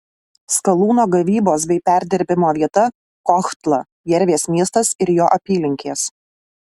skalūno gavybos bei perdirbimo vieta kohtla jervės miestas ir jo apylinkės